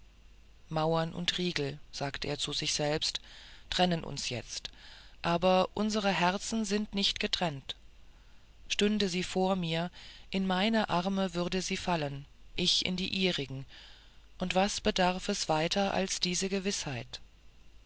mauern und riegel sagt er zu sich selbst trennen uns jetzt aber unsre herzen sind nicht getrennt stünde sie vor mir in meine arme würde sie fallen ich in die ihrigen und was bedarf es weiter als diese gewißheit